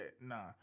nah